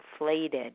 inflated